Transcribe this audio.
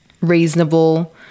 reasonable